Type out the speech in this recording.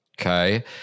okay